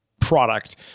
product